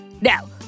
Now